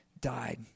died